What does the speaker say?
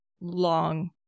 long